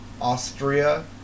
Austria